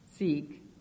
seek